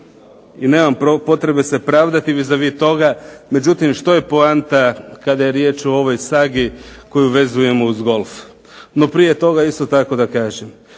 i nemam potrebe se pravdati vis a vis toga. Međutim, što je poanta kada je riječ o ovoj sagi koju vezujemo uz golf? No prije toga isto tako da kažem,